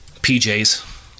PJ's